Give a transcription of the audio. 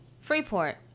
Freeport